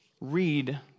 read